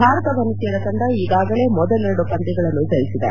ಭಾರತ ವನಿತೆಯರ ತಂಡ ಈಗಾಗಲೇ ಮೊದಲೆರದು ಪಂದ್ಯಗಳನ್ನು ಜಯಿಸಿದೆ